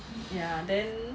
ya then